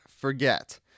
forget